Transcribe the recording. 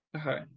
Okay